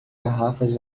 garrafas